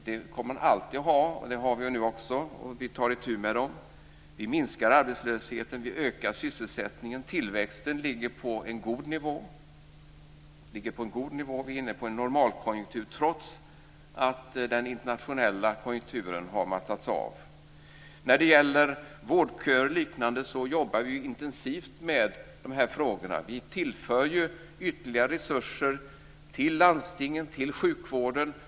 Vi kommer alltid att ha det, och det har vi nu också, och vi tar itu med dem. Vi minskar arbetslösheten, och vi ökar sysselsättningen. Tillväxten ligger på en god nivå. Vi är inne på en normalkonjunktur, trots att den internationella konjunkturen har mattats av. Vi jobbar intensivt med vårdköer och liknande. Vi tillför ytterligare resurser till landstingen, till sjukvården.